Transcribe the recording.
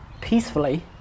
peacefully